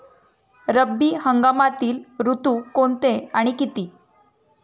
रब्बी हंगामातील ऋतू कोणते आणि किती?